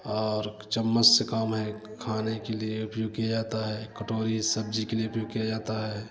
और चम्मच से काम है खाने के लिए भी कि जाता है कटोरी सब्जी के लिए भी किया जाता जाता है